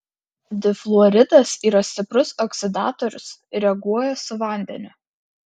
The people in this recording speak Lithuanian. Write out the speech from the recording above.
difluoridas yra stiprus oksidatorius ir reaguoja su vandeniu